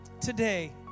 today